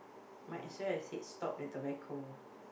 might as well I said stop the tobacco